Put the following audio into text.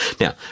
Now